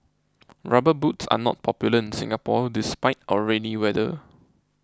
rubber boots are not popular in Singapore despite our rainy weather